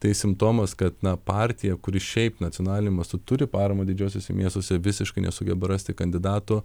tai simptomas kad na partija kuri šiaip nacionaliniu mastu turi paramą didžiuosiuose miestuose visiškai nesugeba rasti kandidatų